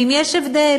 ואם יש הבדל,